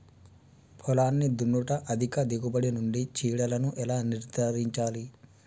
పొలాన్ని దున్నుట అధిక దిగుబడి నుండి చీడలను ఎలా నిర్ధారించాలి?